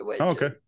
okay